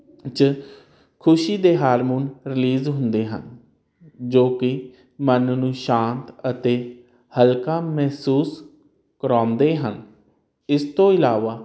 ਚ ਖੁਸ਼ੀ ਦੇ ਹਾਰਮੋਨ ਰਿਲੀਜ਼ ਹੁੰਦੇ ਹਨ ਜੋ ਕਿ ਮਨ ਨੂੰ ਸ਼ਾਂਤ ਅਤੇ ਹਲਕਾ ਮਹਿਸੂਸ ਕਰਾਉਂਦੇ ਹਨ ਇਸ ਤੋਂ ਇਲਾਵਾ